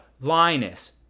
Linus